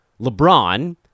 LeBron